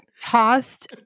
Tossed